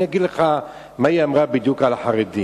אני אגיד לך מה היא בדיוק אמרה על החרדים.